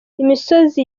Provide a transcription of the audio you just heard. imisozi